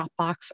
Dropbox